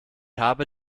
habe